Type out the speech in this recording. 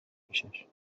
پیشش